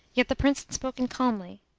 yet the prince had spoken calmly,